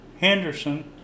Henderson